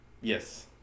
Yes